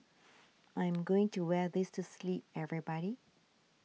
I am going to wear this to sleep everybody